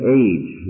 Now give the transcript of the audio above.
age